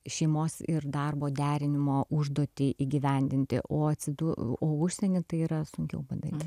šeimos ir darbo derinimo užduotį įgyvendinti o atsidūrus o užsieny tai yra sunkiau padaryti